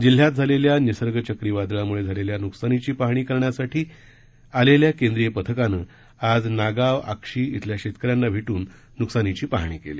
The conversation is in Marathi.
जिल्ह्यात झालेल्या निसर्ग चक्रीवादळामुळे झालेल्या नुकसानीची पाहणी करण्यासाठी आलेल्या केंद्रीय पथकाने आज नागाव आक्षी येथील शेतकऱ्यांना भेटून नुकसानीची पाहणी केली